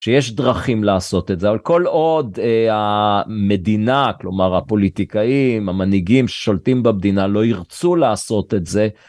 שיש דרכים לעשות את זה, אבל כל עוד המדינה, כלומר הפוליטיקאים, המנהיגים ששולטים במדינה לא ירצו לעשות את זה...